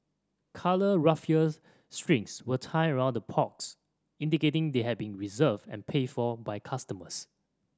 coloured raffia strings were tied around the pots indicating they had been reserved and paid for by customers